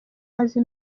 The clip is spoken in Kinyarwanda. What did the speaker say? azi